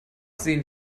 sehen